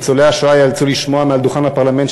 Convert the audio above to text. ניצולי השואה ייאלצו לשמוע מעל דוכן הפרלמנט